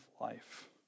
life